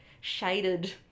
shaded